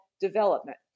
development